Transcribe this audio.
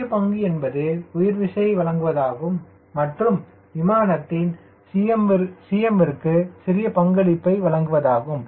முக்கிய பங்கு என்பது உயர்வு விசை வழங்குவதாகும் மற்றும் விமானத்தின் cm0 விற்கு சிறிய பங்களிப்பை வழங்குவதாகும்